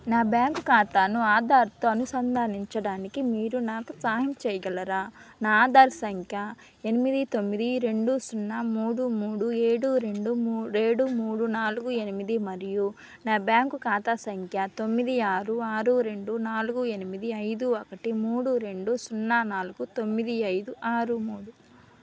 నా బ్యాంకు ఖాతాను ఆధార్తో అనుసంధానించడానికి మీరు నాకు సహాయం చేయగలరా నా ఆధార్ సంఖ్య ఎనిమిది తొమ్మిది రెండు సున్నా మూడు మూడు ఏడు రెండు మూ ఏడు మూడు నాలుగు ఎనిమిది మరియు నా బ్యాంకు ఖాతా సంఖ్య తొమ్మిది ఆరు ఆరు రెండు నాలుగు ఎనిమిది ఐదు ఒకటి మూడు రెండు సున్నా నాలుగు తొమ్మిది ఐదు ఆరు మూడు